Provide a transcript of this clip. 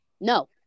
No